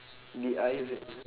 D I Z